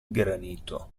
granito